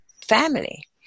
family